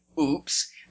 oops